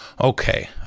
Okay